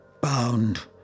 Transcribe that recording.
Bound